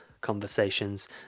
conversations